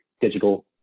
digital